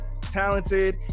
talented